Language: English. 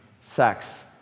sex